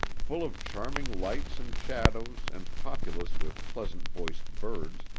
full of charming lights and shadows and populous with pleasant-voiced birds,